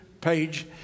page